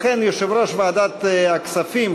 לכן יושב-ראש ועדת הכספים,